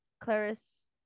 Clarice